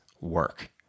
work